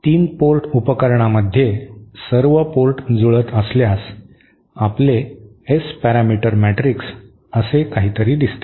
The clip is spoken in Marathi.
तर 3 पोर्ट उपकरणामध्ये सर्व पोर्ट जुळत असल्यास आपले एस पॅरामीटर मॅट्रिक्स असे काहीतरी दिसते